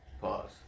Pause